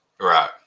Right